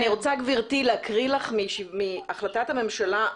אני רוצה להקריא לך מהחלטת הממשלה,